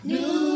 New